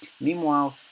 Meanwhile